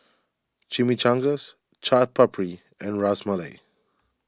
Chimichangas Chaat Papri and Ras Malai